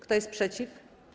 Kto jest przeciw?